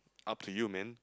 up to you man